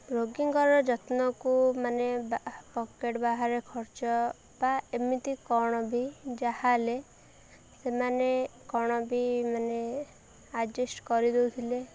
ରୋଗୀଙ୍କର ଯତ୍ନକୁ ମାନେ ପକେଟ୍ ବାହାରେ ଖର୍ଚ୍ଚ ବା ଏମିତି କ'ଣ ବି ଯାହା ହେଲେ ସେମାନେ କ'ଣ ବି ମାନେ ଆଡ଼୍ଜଷ୍ଟ୍ କରିଦେଉଥିଲେ